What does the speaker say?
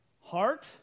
heart